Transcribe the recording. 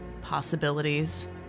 possibilities